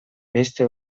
beste